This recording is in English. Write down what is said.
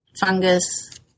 fungus